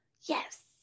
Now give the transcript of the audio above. yes